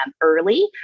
early